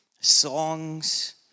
songs